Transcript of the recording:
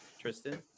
Tristan